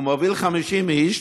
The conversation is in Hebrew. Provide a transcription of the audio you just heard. הוא מוביל 50 איש.